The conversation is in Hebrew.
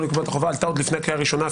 לקבוע את החובה עלתה עוד לפני קריאה ראשונה,